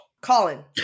Colin